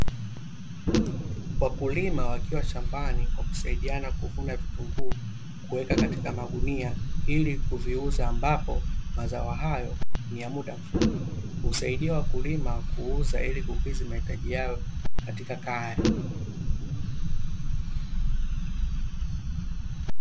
Wakulima wakiwa shambani wakisaidiana kulima vitunguu kuweka katika magunia ili kuviuza, ambapo mazao hayo ni ya muda mfupi, husaidia wakulima kuuza ili kukidhi mahitaji yao katika kaya.